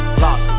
lost